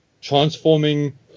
transforming